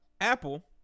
Apple